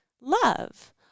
love